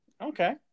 Okay